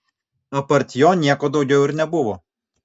apart jo nieko daugiau ir nebuvo